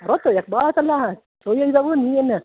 ಅರ್ವತ್ತು ಯಾಕೆ ಭಾಳ ಆತಲ್ಲ ಸೋವಿ ಅದಾವು ನೀವೇನು